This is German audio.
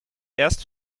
erst